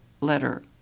letter